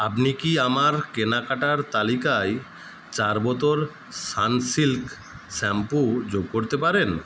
আপনি কি আমার কেনাকাটার তালিকায় চার বোতল সানসিল্ক শ্যাম্পু যোগ করতে পারেন